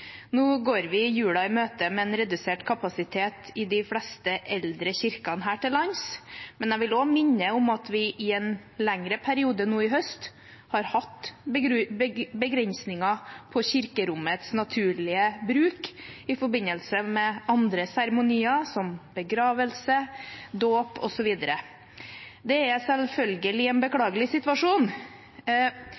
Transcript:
Nå går vi julen i møte med redusert kapasitet i de fleste eldre kirkene her til lands, men jeg vil også minne om at vi i en lengre periode nå i høst har hatt begrensninger på kirkerommets naturlige bruk i forbindelse med andre seremonier, som begravelse, dåp osv. Det er selvfølgelig en